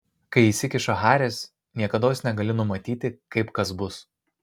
kai įsikiša haris niekados negali numatyti kaip kas bus